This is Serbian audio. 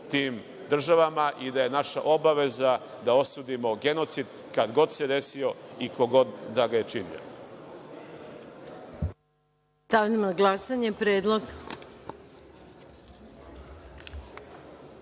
tim državama i da je naša obaveza da osudimo genocid, kad god se desio i ko god da ga je činio.